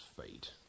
fate